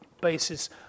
basis